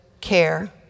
care